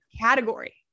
category